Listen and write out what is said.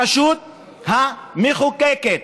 הרשות השופטת.